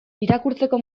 irakurtzeko